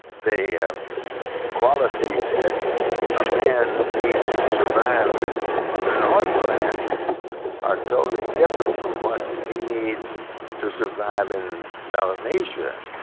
the qualities that a man needs to survive in the northland are totally different from what he needs to survive in melanesia.